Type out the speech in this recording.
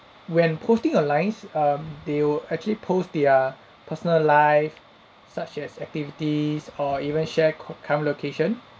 when posting onlines um they will actually post their personal life such as activities or even share co~ current location